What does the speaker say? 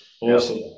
Awesome